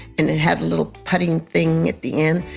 and it had a little putting thing at the end,